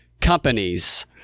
companies